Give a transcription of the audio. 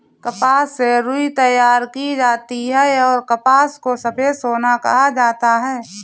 कपास से रुई तैयार की जाती हैंऔर कपास को सफेद सोना कहा जाता हैं